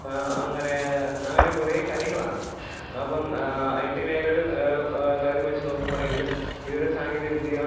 അങ്ങനെ അങ്ങനെ കുറേ കാര്യങ്ങളാണ് അപ്പം ഐ ടി മേഖലയിലെ കാര്യം വച്ചു നോക്കുകയാണെങ്കിലും ഈ ഒരു സാങ്കേതിക വിദ്യ